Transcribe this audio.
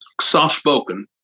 soft-spoken